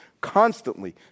constantly